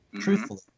Truthfully